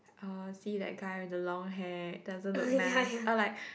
uh see that guy with the long hair doesn't look nice or like